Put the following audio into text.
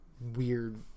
weird